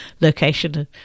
location